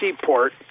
seaport